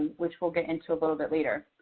which we'll get into a little bit later.